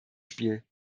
spiel